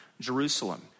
Jerusalem